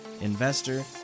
investor